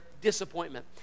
disappointment